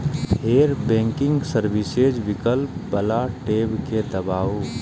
फेर banking services विकल्प बला टैब कें दबाउ